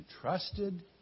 trusted